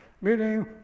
Meaning